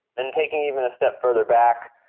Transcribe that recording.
and taking even a step further back,